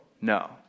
No